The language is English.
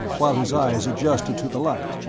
while his eyes adjusted to the light,